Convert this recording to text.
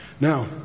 Now